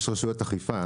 יש רשויות אכיפה,